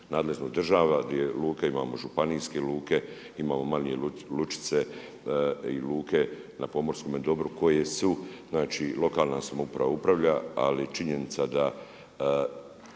nadležnu državu gdje luke imamo županijske luke, imamo manje lučice i luke na pomorskome dobru koje su znači lokalna samouprava upravlja ali je činjenica da